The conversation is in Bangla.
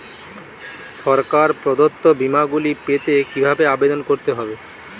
সরকার প্রদত্ত বিমা গুলি পেতে কিভাবে আবেদন করতে হবে?